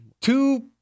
Two